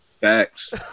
Facts